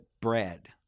bread